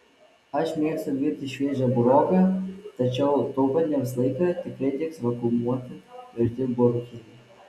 aš mėgstu virti šviežią buroką tačiau taupantiems laiką tikrai tiks vakuumuoti virti burokėliai